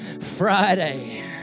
Friday